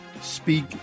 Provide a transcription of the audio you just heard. speak